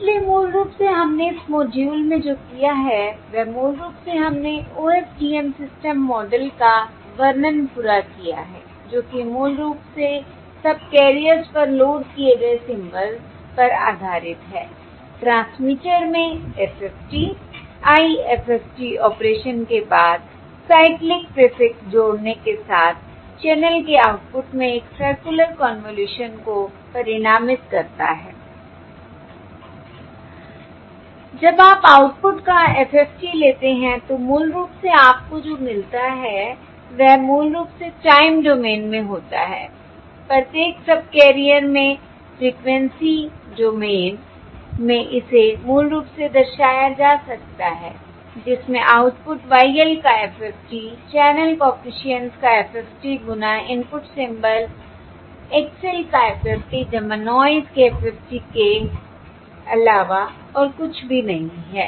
इसलिए मूल रूप से हमने इस मॉड्यूल में जो किया है वह मूल रूप से हमने OFDM सिस्टम मॉडल का वर्णन पूरा किया है जो कि मूल रूप से सबकैरियर्स पर लोड किए गए सिंबल्स पर आधारित है ट्रांसमीटर में FFT IFFT ऑपरेशन के बाद साइक्लिक प्रीफिक्स जोङने के साथ चैनल के आउटपुट में एक सर्कुलर कन्वॉल्यूशन को परिणामित करता हैI जब आप आउटपुट का FFT लेते हैं तो मूल रूप से आपको जो मिलता है वह मूल रूप से टाइम डोमेन में होता है प्रत्येक सबकैरियर में फ़्रीक्वेंसी डोमेन में इसे मूल रूप से दर्शाया जा सकता है जिसमें आउटपुट y l का FFT चैनल कॉफिशिएंट का FFT गुना इनपुट सिंबल x l का FFT नॉयस के FFT के अलावा और कुछ नहीं है